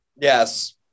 Yes